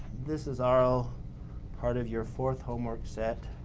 this is all part of your fourth homework set,